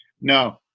No